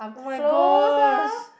closer